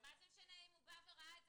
אני לא יודעת מי הוא האדם הזה,